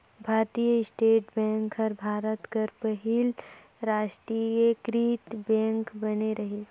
भारतीय state bank हर भारत कर पहिल रास्टीयकृत बेंक बने रहिस